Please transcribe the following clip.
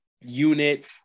unit